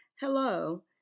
Hello